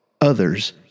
Others